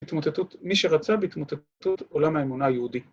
‫מי שרצה, בהתמוטטות עולם האמונה היהודי.